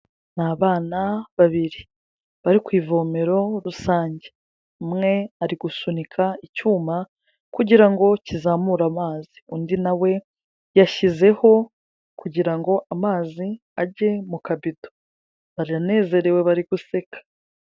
Ni abana babiri. Bari ku ivomero rusange. Umwe ari gusunika icyuma kugira ngo kizamure amazi. Undi na we, yashyizeho kugira ngo amazi ajye mu kabido. Baranezerewe, bari guseka.